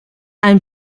ein